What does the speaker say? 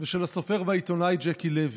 ושל הסופר והעיתונאי ג'קי לוי.